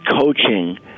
Coaching